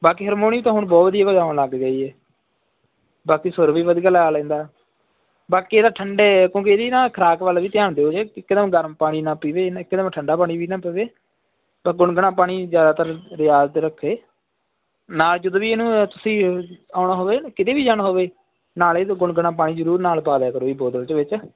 ਬਾਕੀ ਹਰਮੋਨੀਅਮ ਤਾਂ ਹੁਣ ਬਹੁਤ ਵਧੀਆ ਵਜਾਉਣ ਲੱਗ ਗਿਆ ਜੀ ਇਹ ਬਾਕੀ ਸੁਰ ਵੀ ਵਧੀਆ ਲਾ ਲੈਂਦਾ ਬਾਕੀ ਇਹਦਾ ਠੰਡੇ ਕਿਉਂਕਿ ਇਹਦੀ ਨਾ ਖੁਰਾਕ ਵੱਲ ਵੀ ਧਿਆਨ ਦਿਓ ਜੇ ਇੱਕਦਮ ਗਰਮ ਪਾਣੀ ਨਾ ਪੀਵੇ ਇੱਕਦਮ ਠੰਡਾ ਪਾਣੀ ਵੀ ਨਾ ਪਵੇ ਤੇ ਗੁਣਗਣਾ ਪਾਣੀ ਜ਼ਿਆਦਾਤਰ ਰਿਆਜ਼ ਰੱਖੇ ਨਾਲ ਜਦੋਂ ਵੀ ਇਹਨੂੰ ਤੁਸੀਂ ਆਉਣਾ ਹੋਵੇ ਕਿਤੇ ਵੀ ਜਾਣਾ ਹੋਵੇ ਨਾਲੇ ਦੋ ਗੁਣਗੁਣਾ ਪਾਣੀ ਜ਼ਰੂਰ ਨਾਲ ਪਾ ਲਿਆ ਕਰੋ ਵੀ ਬੋਤਲ ਦੇ ਵਿੱਚ